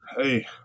Hey